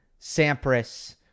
Sampras